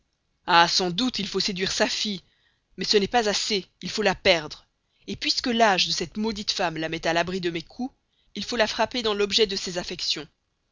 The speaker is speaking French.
ah sans doute il faut séduire sa fille mais ce n'est pas assez il faut la perdre puisque l'âge de cette maudite femme la met à l'abri de mes coups il faut la frapper dans l'objet de ses affections